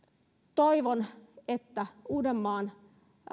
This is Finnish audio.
toivon että uudenmaan